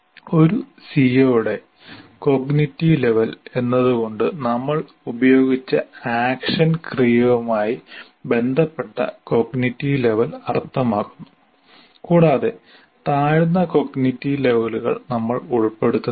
ഒരു സിഒയുടെ cognitive level എന്നതുകൊണ്ട് നമ്മൾ ഉപയോഗിച്ച ആക്ഷൻ ക്രിയയുമായി ബന്ധപ്പെട്ട കോഗ്നിറ്റീവ് ലെവൽ അർത്ഥമാക്കുന്നു കൂടാതെ താഴ്ന്ന കോഗ്നിറ്റീവ് ലെവലുകൾ നമ്മൾ ഉൾപ്പെടുത്തുന്നില്ല